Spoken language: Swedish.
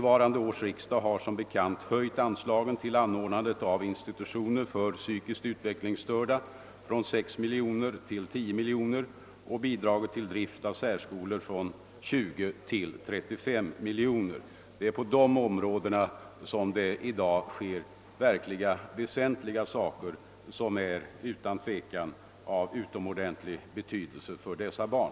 Årets riksdag har som bekant höjt anslagen till anordnande av institutioner för psykiskt utvecklingsstörda från 6 miljoner till 10 miljoner och bidraget till drift av särskolor från 20 miljoner till 35 miljoner. Det är på dessa områden som det i dag sker väsentliga saker, som utan tvivel är av stor betydelse för dessa barn.